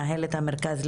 רשות הדיבור, בבקשה גבירתי.